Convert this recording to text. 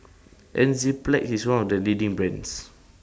Enzyplex IS one of The leading brands